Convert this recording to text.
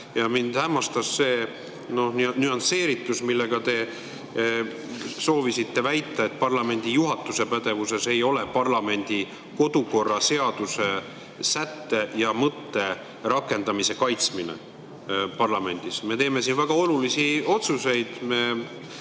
Ja mind hämmastas see nüansseeritus, millega te soovisite väita, et parlamendi juhatuse pädevuses ei ole parlamendi kodukorraseaduse sätte ja mõtte rakendamise kaitsmine parlamendis. Me teeme siin väga olulisi otsuseid,